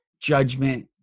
judgment